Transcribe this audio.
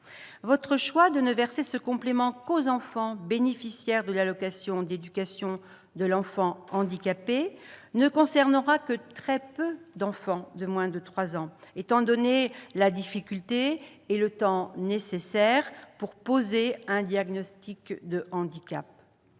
votre choix de ne verser ce complément qu'aux enfants bénéficiaires de l'allocation d'éducation de l'enfant handicapé, l'AEEH, ne concernera que très peu d'enfants de moins de 3 ans, étant donné la difficulté et le temps nécessaire pour poser le diagnostic du handicap.